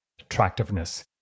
attractiveness